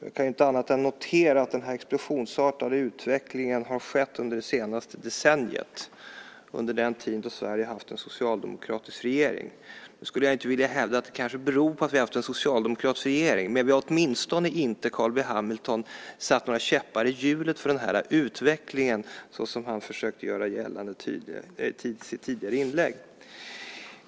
Jag kan inte annat än notera att denna explosionsartade utveckling har skett under det senaste decenniet, under den tid då Sverige haft en socialdemokratisk regering. Nu skulle jag kanske inte vilja hävda att detta beror på att vi haft en socialdemokratisk regering, men vi har åtminstone inte satt några käppar i hjulet för denna utveckling såsom Carl B Hamilton försökte göra gällande i sitt tidigare inlägg.